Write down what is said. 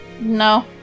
No